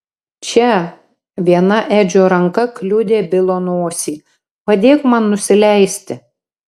čia viena edžio ranka kliudė bilo nosį padėk man nusileisti